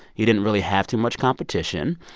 he didn't really have too much competition.